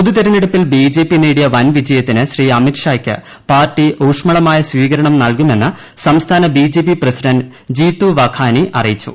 പൊതു തെരഞ്ഞെടുപ്പിൽ B J P നേടിയ വൻ വിജയത്തിന് ശ്രീ അമിത് ഷായ്ക്ക് പാർട്ടി ഊഷ്മളമായ സ്വീകരണം നൽകുമെന്ന് സംസ്ഥാന B J P president Jitu Vaghani അറിയിച്ചു